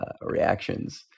reactions